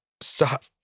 Stop